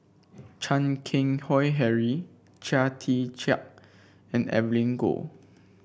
Chan Keng Howe Harry Chia Tee Chiak and Evelyn Goh